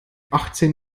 achtzehn